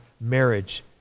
marriage